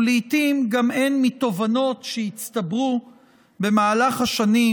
ולעיתים גם מתובנות שהצטברו במהלך השנים